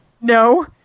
no